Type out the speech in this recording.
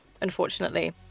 unfortunately